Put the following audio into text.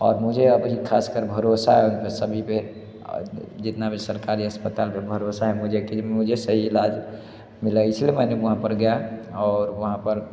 और मुझे अभी ख़ास कर भरोसा है सभी पर जितना भी सरकारी अस्पताल पर भरोसा हैं मुझे कि मुझे सही इलाज मिला इसलिए मैंने वहाँ पर गया और वहाँ पर